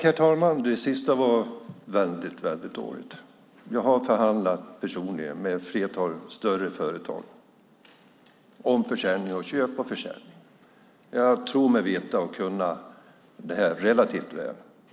Herr talman! Det sista var väldigt dåligt. Jag har personligen förhandlat med ett flertal större företag om köp och försäljning. Jag tror mig veta och kunna det här relativt väl.